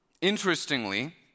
Interestingly